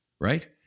right